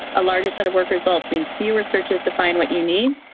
a larger set of workers results means fewer searches to find what you need,